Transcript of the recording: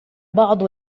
بعض